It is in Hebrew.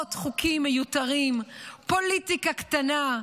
עשרות חוקים מיותרים, פוליטיקה קטנה,